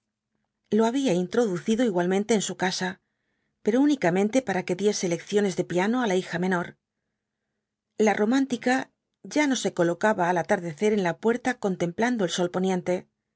lo había introducido igualmente en su casa pero únicamente para que diese lecciones de piano á la hija menor la romántica ya no se colocaba al atardecer en la puerta contemplando el sol poniente